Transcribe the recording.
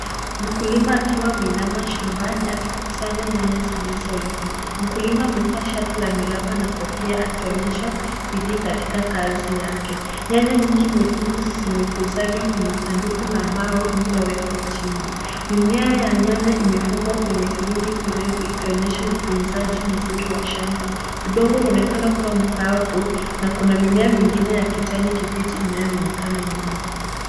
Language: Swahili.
Mkulima akiwa ameinama shambani akikusanya nyanya zilizo iva. Mkulima amevaa shati la miraba na kofia akionyesha bidii katika kazi yake. Nyanya nyingi nyekundu zimekusanywa kwenye sanduku la mbao lililo wekwa chini. Mimea ya nyanya imefungwa kwenye vikingi virefu ikionyesha utunzaji mzuri wa shamba. Udongo unaonekana kuwa mkavu na kuna mimea mingine ya kijani kibichi inayo onekana nyuma.